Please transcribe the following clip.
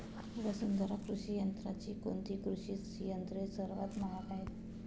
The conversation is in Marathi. वसुंधरा कृषी यंत्राची कोणती कृषी यंत्रे सर्वात महाग आहेत?